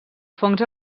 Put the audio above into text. fongs